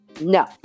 No